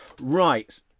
Right